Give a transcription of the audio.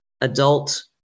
adult